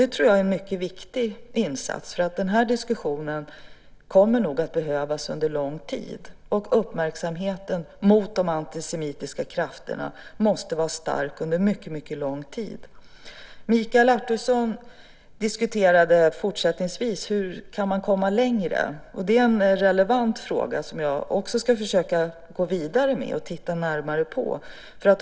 Det tror jag är en viktig insats, för den här diskussionen kommer nog att behövas under lång tid, och uppmärksamheten mot de antisemitiska krafterna måste vara stark under mycket lång tid. Mikael Oscarsson diskuterade fortsättningsvis hur man kan komma längre, och det är en relevant fråga som jag också ska försöka gå vidare med och titta närmare på.